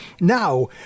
Now